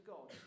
God